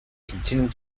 continued